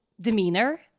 demeanor